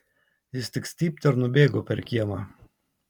jis tik stypt ir nubėgo per kiemą